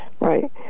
Right